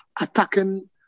attacking